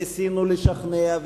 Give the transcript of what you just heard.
ניסינו לשכנע,